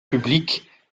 public